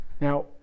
Now